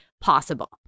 possible